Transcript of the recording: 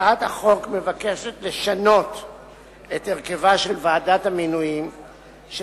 הצעת החוק מבקשת לשנות את הרכבה של ועדת המינויים של